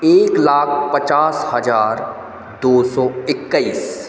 एक लाख पचास हज़ार दो सौ इक्कीस